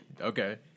Okay